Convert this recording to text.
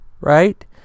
right